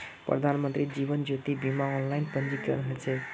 प्रधानमंत्री जीवन ज्योति बीमार ऑनलाइन पंजीकरण ह छेक